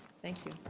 thank you.